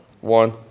one